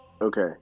Okay